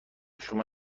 شما